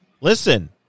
listen